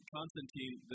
Constantine